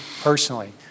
personally